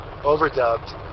overdubbed